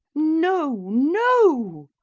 no, no!